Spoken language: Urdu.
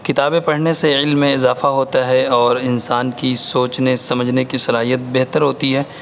کتابیں پڑھنے سے علم میں اضافہ ہوتا ہے اور انسان کی سوچنے سمجھنے کی صلاحیت بہتر ہوتی ہے